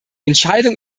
entscheidung